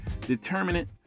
determinant